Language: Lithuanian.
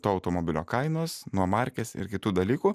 to automobilio kainos nuo markės ir kitų dalykų